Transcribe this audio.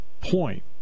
point